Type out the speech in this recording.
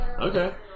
Okay